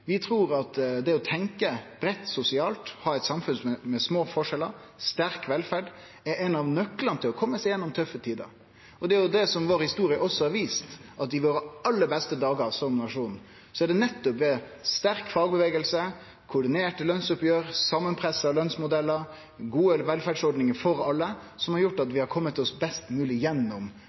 Vi trur at det å tenkje breitt sosialt, ha eit samfunn med små forskjellar og sterk velferd er ein av nøklane til å kome seg gjennom tøffe tider. Det er det historia vår har vist, at i våre aller beste dagar som nasjon er det nettopp ein sterk fagbevegelse, koordinerte lønsoppgjer, samanpressa lønsmodellar og gode velferdsordningar for alle som har gjort at vi har kome oss best mogleg gjennom